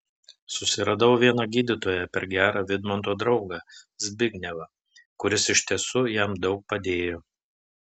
susiradau vieną gydytoją per gerą vidmanto draugą zbignevą kuris iš tiesų jam daug padėjo